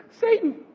Satan